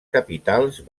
capitals